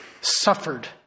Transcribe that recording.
suffered